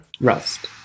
Rust